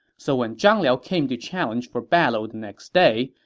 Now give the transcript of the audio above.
so when zhang liao came to challenge for battle the next day,